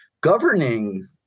Governing